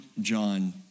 John